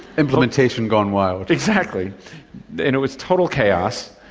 implementation gone wild. exactly, and it was total chaos,